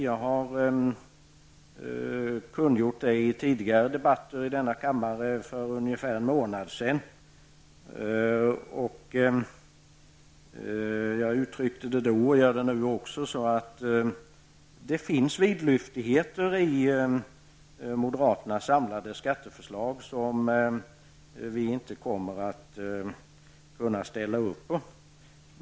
Jag har kungjort det i debatter i den här kammaren för ungefär en månad sedan. Jag uttryckte det då, och jag gör det nu också, så att det finns vidlyftigheter i moderaternas samlade skatteförslag som vi inte kommer att kunna ställa upp på.